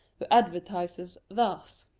who advertises thus?